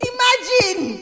Imagine